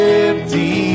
empty